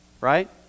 right